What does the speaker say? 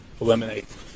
eliminate